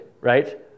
right